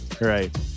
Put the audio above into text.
right